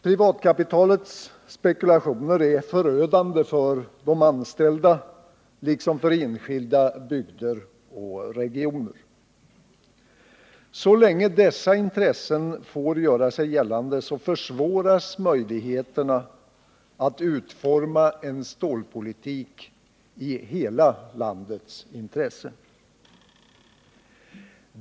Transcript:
Privatkapitalets spekulationer är förödande för de anställda, liksom för enskilda bygder och regioner. Så länge dessa intressen får göra sig gällande försvåras möjligheterna att utforma en stålpolitik i hela landets intresse.